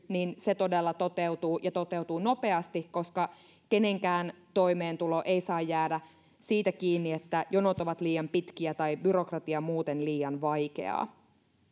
niin se todella toteutuu ja toteutuu nopeasti koska kenenkään toimeentulo ei saa jäädä siitä kiinni että jonot ovat liian pitkiä tai byrokratia muuten liian vaikeaa